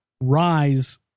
rise